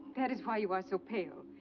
that is why you are so pale.